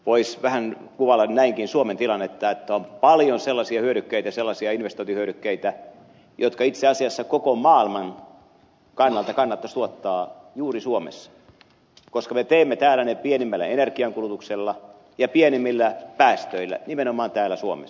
voisi vähän kuvailla näinkin suomen tilannetta että on paljon sellaisia hyödykkeitä sellaisia investointihyödykkeitä jotka itse asiassa koko maailman kannalta kannattaisi tuottaa juuri suomessa koska me teemme täällä ne pienimmällä energiankulutuksella ja pienimmillä päästöillä nimenomaan täällä suomessa